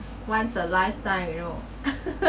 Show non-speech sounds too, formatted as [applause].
once a lifetime you know [laughs]